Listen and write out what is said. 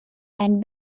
and